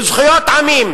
לזכויות עמים,